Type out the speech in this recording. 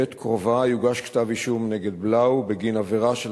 בעת קרובה יוגש כתב-אישום נגד בלאו בגין עבירה של